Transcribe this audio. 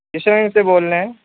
کش گنج سے بول رہے ہیں